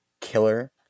killer